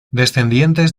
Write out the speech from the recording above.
descendientes